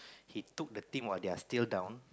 he took the team while they are still down